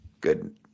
Good